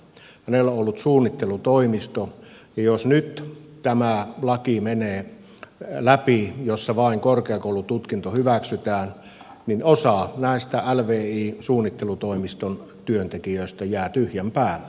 hänellä on ollut suunnittelutoimisto ja jos nyt tämä laki menee läpi jossa vain korkeakoulututkinto hyväksytään niin osa näistä lvi suunnittelutoimiston työntekijöistä jää tyhjän päälle